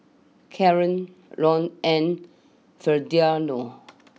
Kaaren Lon and Ferdinand